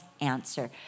answer